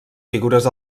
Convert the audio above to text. figures